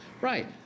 Right